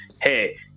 hey